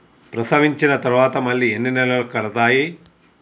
ప్రసవించిన తర్వాత మళ్ళీ ఎన్ని నెలలకు కడతాయి?